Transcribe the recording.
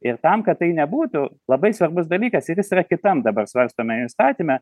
ir tam kad tai nebūtų labai svarbus dalykas ir jis yra kitam dabar svarstome įstatyme